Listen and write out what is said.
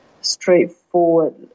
straightforward